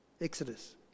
Exodus